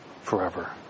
forever